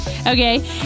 Okay